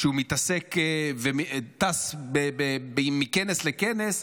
שמתעסק וטס מכנס לכנס,